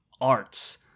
arts